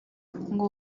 ngo